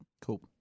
Cool